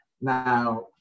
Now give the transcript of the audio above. Now